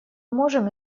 можем